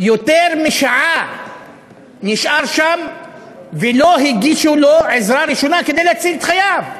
יותר משעה נשאר שם ולא הגישו לו עזרה ראשונה כדי להציל את חייו,